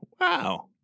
Wow